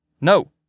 no